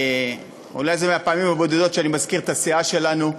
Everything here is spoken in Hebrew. אולי זה מהפעמים הבודדות שאני מזכיר את הסיעה שלנו,